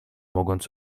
mogąc